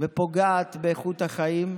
ופוגעת באיכות החיים,